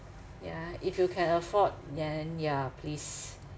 ya if you can afford then ya please